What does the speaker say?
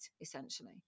essentially